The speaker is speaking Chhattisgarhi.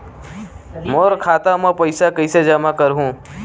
मोर खाता म पईसा कइसे जमा करहु?